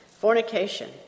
Fornication